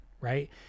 right